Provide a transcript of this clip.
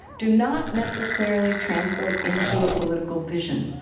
do not necessarily translate into a political vision.